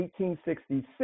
1866